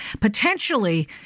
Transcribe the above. potentially